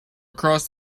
across